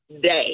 day